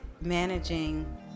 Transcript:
managing